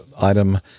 item